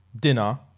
dinner